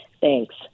Thanks